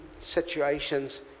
situations